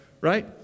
right